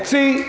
See